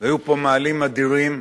והיו פה מאהלים אדירים,